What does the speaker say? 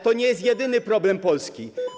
To nie jest jedyny problem Polski.